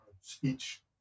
speech